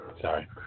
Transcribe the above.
Sorry